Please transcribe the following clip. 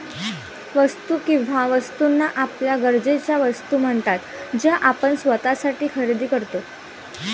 वस्तू किंवा वस्तूंना आपल्या गरजेच्या वस्तू म्हणतात ज्या आपण स्वतःसाठी खरेदी करतो